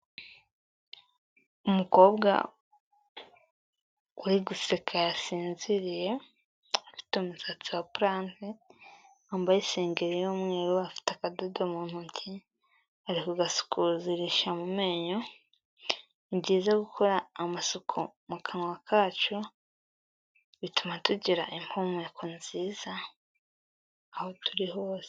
Umukobwa wari guseka yasinziriye, afite umusatsi wa plante, wambaye isengeri y'umweru afite akadodo mu ntoki ari kugasukurisha mu menyo, ni byiza gukora amasuku mu kanwa kacu bituma tugira impumuro nziza aho turi hose.